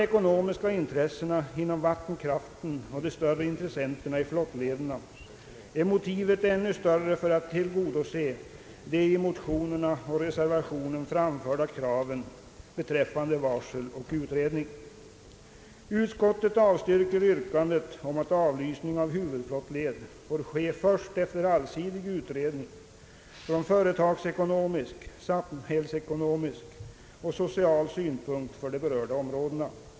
hos de större intressenterna i flottlederna är motivet ännu starkare för att tillgodose de i motionerna och reservationen framförda kraven beträffande varsel och utredning. Utskottet avstyrker yrkandet om att avlysning av huvudflottled får ske först efter allsidig utredning från företagsekonomisk, samhällsekonomisk och social synpunkt för de berörda områdena.